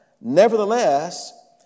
Nevertheless